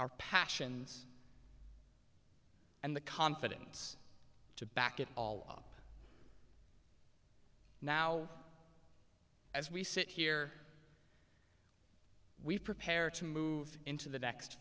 our passions and the confidence to back it all up now as we sit here we prepare to move into the next